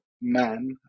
Man